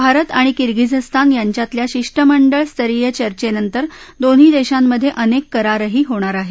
भारत आणि किर्गिझस्तान यांच्यातल्या शिष्टमंडळ स्तरीय चर्चेनंतर दोन्ही देशांमधे अनेक करारही होणार आहेत